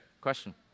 Question